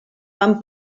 van